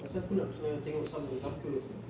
pasal aku nak kena tengok some examples ah